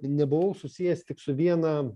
nebuvau susijęs tik su viena